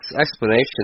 explanation